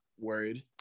worried